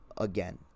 again